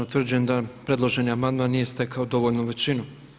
Utvrđujem da predloženi amandman nije stekao dovoljnu većinu.